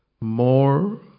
more